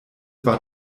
war